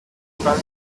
über